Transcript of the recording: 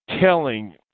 telling